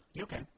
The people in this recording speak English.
Okay